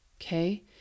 Okay